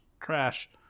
trash